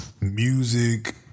music